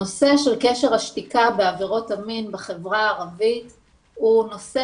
הנושא של קשר השתיקה בעבירות המין בחברה הערבית הוא נושא